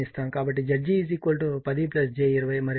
కాబట్టి Zg 10 j 20 మరియు RL విలువ మనకు 22